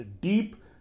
deep